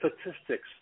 Statistics